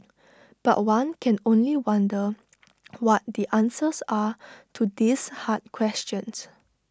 but one can only wonder what the answers are to these hard questions